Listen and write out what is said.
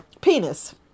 penis